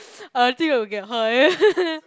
uh I think you will get high